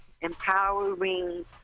empowering